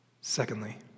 Secondly